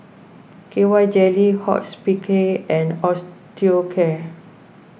K Y Jelly Hospicare and Osteocare